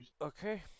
Okay